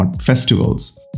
festivals